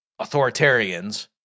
authoritarians